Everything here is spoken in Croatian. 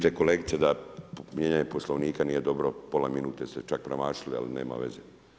Vidite kolegice da mijenjanje Poslovnika nije dobro, pola minute ste čak premašili ali nema veze.